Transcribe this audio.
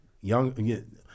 young